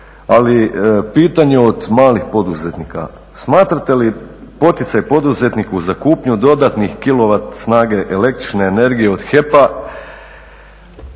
Ali pitanje od malih poduzetnika, smatrate li poticaj poduzetniku za kupnju dodatnih kilovat snage električne energije od HEP-a